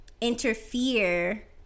interfere